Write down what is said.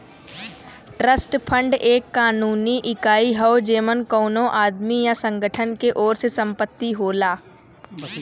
trust fund एक कानूनी इकाई हौ जेमन कउनो आदमी या संगठन के ओर से संपत्ति होला